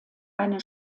eine